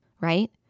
right